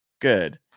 Good